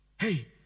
Hey